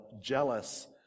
jealous